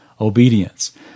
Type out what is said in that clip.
obedience